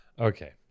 Okay